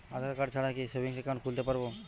আধারকার্ড ছাড়া কি savings account খুলতে পারব?